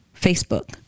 Facebook